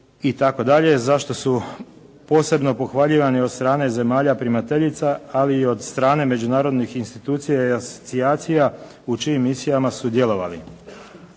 za što su posebno pohvaljivani od strane zemalja primateljica, ali i od strane međunarodnih institucija i asocijacija u čijim misijama su djelovali.